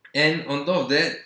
and on top of that